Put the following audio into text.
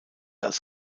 als